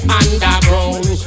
underground